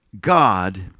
god